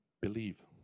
Believe